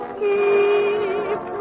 keep